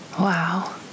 Wow